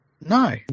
No